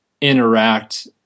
interact